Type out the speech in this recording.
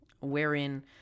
wherein